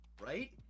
right